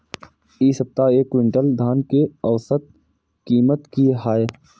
इ सप्ताह एक क्विंटल धान के औसत कीमत की हय?